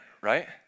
right